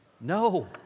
No